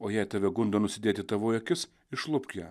o jei tave gundo nusidėti tavoji akis išlupk ją